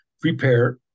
Prepare